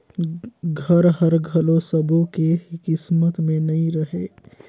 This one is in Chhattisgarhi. घर हर घलो सब्बो के किस्मत में नइ रहें